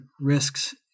risks